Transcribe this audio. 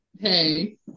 hey